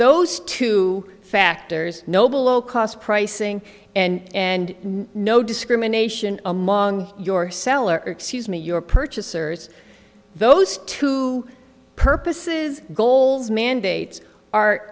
those two factors noble low cost pricing and no discrimination among your seller excuse me your purchasers those two purposes goals mandates ar